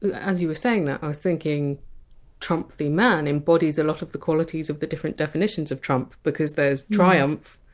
as you were saying that, i was thinking trump the man embodies a lot of the qualities of the different definitions of! trump, because there's triumph,